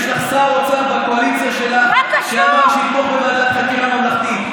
יש לך שר אוצר בקואליציה שלך שאמר שיתמוך בוועדת חקירה ממלכתית.